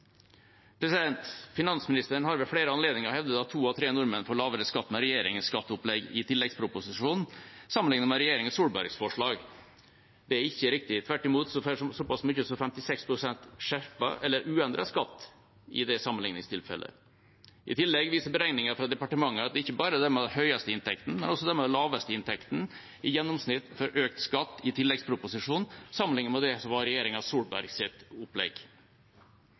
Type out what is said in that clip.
Finansministeren har ved flere anledninger hevdet at to av tre nordmenn får lavere skatt med regjeringas skatteopplegg i tilleggsproposisjonen sammenlignet med regjeringa Solbergs forslag. Det er ikke riktig. Tvert imot får så pass mange som 56 pst. skjerpet eller uendret skatt i det sammenligningstilfellet. I tillegg viser beregninger fra departementet at ikke bare de med de høyeste inntektene, men også de med de laveste inntektene i gjennomsnitt får økt skatt i tilleggsproposisjonen sammenlignet med det som var regjeringa Solbergs opplegg.